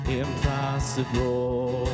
impossible